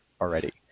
already